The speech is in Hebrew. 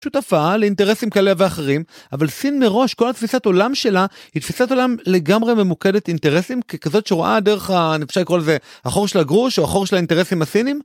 שותפה לאינטרסים כאלה ואחרים אבל סין מראש כל התפיסת עולם שלה היא תפיסת עולם לגמרי ממוקדת אינטרסים ככזאת שרואה דרך ה... אם אפשר לקרוא לזה החור של הגרוש או החור של האינטרסים הסינים?